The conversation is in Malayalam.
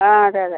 ആ അതെ അതെ